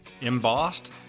embossed